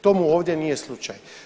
Tomu ovdje nije slučaj.